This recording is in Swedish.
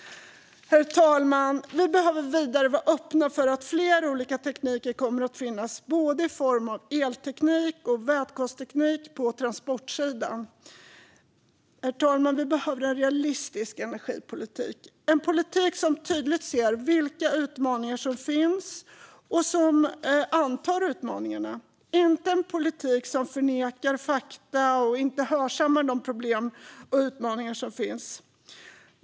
Herr talman! Vi behöver vidare vara öppna för att flera olika tekniker kommer att finnas i form av både elteknik och vätgasteknik på transportsidan. Herr talman! Vi behöver en realistisk energipolitik, som tydligt ser vilka utmaningar som finns och som antar utmaningarna, inte en politik som förnekar fakta och inte hörsammar de problem och utmaningar som finns.